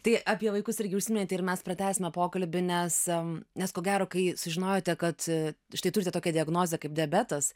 tai apie vaikus irgi užsiminėt ir mes pratęsime pokalbį nes nes ko gero kai sužinojote kad štai turite tokią diagnozę kaip diabetas